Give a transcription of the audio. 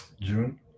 june